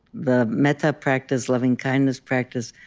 the metta practice, lovingkindness practice,